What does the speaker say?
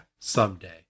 someday